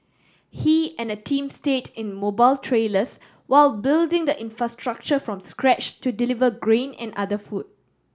he and a team stayed in mobile trailers while building the infrastructure from scratch to deliver grain and other food